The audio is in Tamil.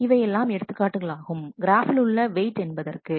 இவையெல்லாம் எடுத்துக்காட்டுகளாகும் கிராஃப்பில் உள்ள வெயிட் என்பதற்கு